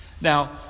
Now